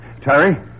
Terry